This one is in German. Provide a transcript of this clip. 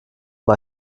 mal